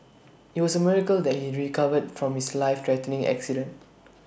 IT was A miracle that he recovered from his life threatening accident